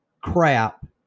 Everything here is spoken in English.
crap